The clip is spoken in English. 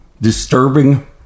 disturbing